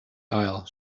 aisle